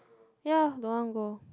ya don't want go